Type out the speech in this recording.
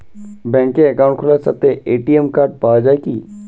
ব্যাঙ্কে অ্যাকাউন্ট খোলার সাথেই এ.টি.এম কার্ড পাওয়া যায় কি?